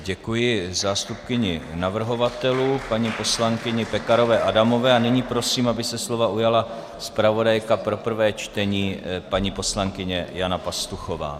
Děkuji zástupkyni navrhovatelů paní poslankyni Pekarové Adamové a nyní prosím, aby se slova ujala zpravodajka pro prvé čtení paní poslankyně Jana Pastuchová.